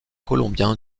colombien